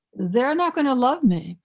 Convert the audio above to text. they're not gonna love me.